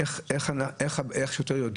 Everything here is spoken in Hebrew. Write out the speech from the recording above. שוטר יודע